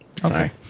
Sorry